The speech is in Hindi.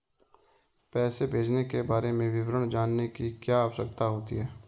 पैसे भेजने के बारे में विवरण जानने की क्या आवश्यकता होती है?